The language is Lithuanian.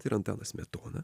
tai yra antanas smetona